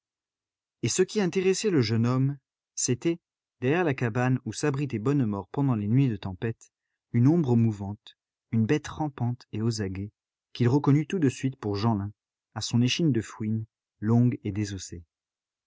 et ce qui intéressait le jeune homme c'était derrière la cabane où s'abritait bonnemort pendant les nuits de tempête une ombre mouvante une bête rampante et aux aguets qu'il reconnut tout de suite pour jeanlin à son échine de fouine longue et désossée